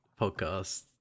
podcast